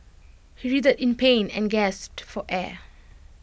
he writhed in pain and gasped for air